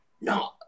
no